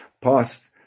past